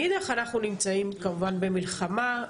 מאידך, אנחנו נמצאים כמובן במלחמה.